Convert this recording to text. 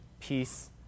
peace